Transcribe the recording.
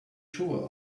schuhe